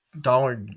dollar